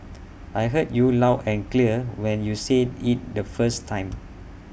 I heard you loud and clear when you said IT the first time